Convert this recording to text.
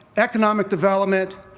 economic development,